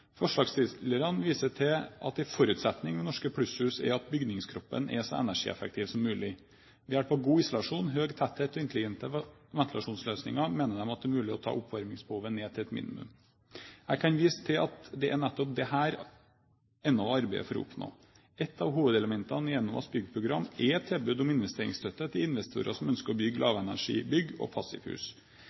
Forslagsstillerne viser til at en forutsetning ved norske plusshus er at bygningskroppen er så energieffektiv som mulig. Ved hjelp av god isolasjon, høy tetthet og intelligente ventilasjonsløsninger mener de at det er mulig å ta oppvarmingsbehovet ned til et minimum. Jeg kan vise til at det er nettopp dette Enova arbeider for å oppnå. Et av hovedelementene i Enovas byggprogram er et eget tilbud om investeringsstøtte til investorer som ønsker å bygge lavenergibygg og passivhus.